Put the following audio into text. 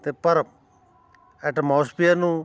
ਅਤੇ ਪਰ ਐਟਮੋਸਫੀਅਰ ਨੂੰ